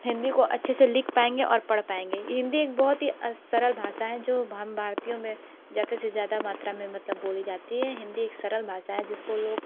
हिंदी को अच्छे से लिख पाएंगे और पढ़ पाएंगे हिंदी एक बहुत ही सरल भाषा है जो हम भारतीयों में ज़्यादा से ज़्यादा मात्रा में मतलब बोली जाती है हिंदी एक सरल भाषा है जिसको लोग